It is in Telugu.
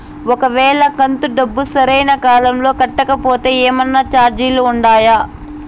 ఒక వేళ కంతు డబ్బు సరైన కాలంలో కట్టకపోతే ఏమన్నా చార్జీలు ఉండాయా?